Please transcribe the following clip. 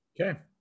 Okay